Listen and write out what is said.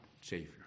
Savior